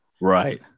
Right